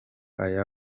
aya